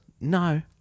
No